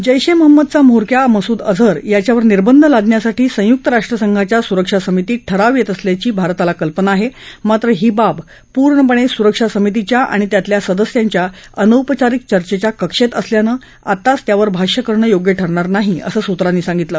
जैश ए महंमदचा म्होरक्या मसुद अजहर याच्यावर निर्बंध लादण्यासाठी संयुक्त राष्ट्रसंघाच्या सुरक्षा समितीत ठराव येत असल्याची भारताला कल्पना आहे मात्र ही बाब पूर्णपणे सुरक्षा समितीच्या आणि त्यातल्या सदस्यांच्या अनौपचारिक चर्चेच्या कक्षेत असल्यानं आताच त्यावर भाष्य करणं योग्य ठरणार नाही असं सूत्रांनी सांगितलं